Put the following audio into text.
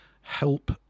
help